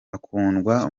akundwa